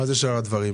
מה זה שאר הדברים?